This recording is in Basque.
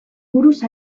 buruz